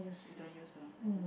you don't use ah oh